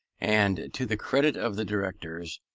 and, to the credit of the directors,